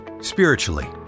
spiritually